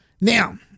Now